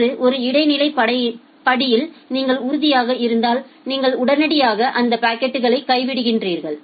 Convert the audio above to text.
என்று ஒரு இடைநிலை படியில் நீங்கள் உறுதியாக இருந்தால் நீங்கள் உடனடியாக அந்த பாக்கெட்டுகளை கைவிடுகிறீர்கள்